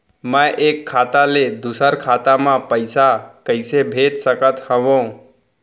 मैं एक खाता ले दूसर खाता मा पइसा कइसे भेज सकत हओं?